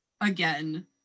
again